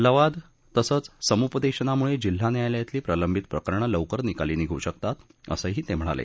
लवाद मध्यस्थ तसंच समुपदेशनामुळे जिल्हा न्यायालयातली प्रलंबित प्रकरणं लवकर निकाली निघू शकतात असंही ते म्हणाले